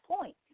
point